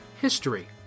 history